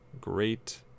Great